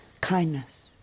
kindness